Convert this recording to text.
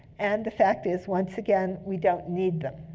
and the fact is, once again, we don't need them.